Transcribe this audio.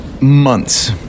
months